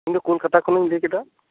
ᱤᱧ ᱫᱚ ᱠᱳᱞᱠᱟᱛᱟ ᱠᱷᱚᱱ ᱤᱧ ᱞᱟᱹᱭ ᱠᱮᱫᱟ